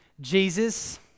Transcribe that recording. Jesus